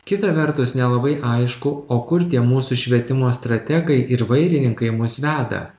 kita vertus nelabai aišku o kur tie mūsų švietimo strategai ir vairininkai mus veda